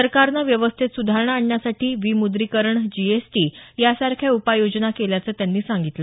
सरकारनं व्यवस्थेत सुधारणा आणण्यासाठी विमुद्रीकरण जीएसटी यासारख्या उपाययोजना केल्याचं त्यांनी सांगितलं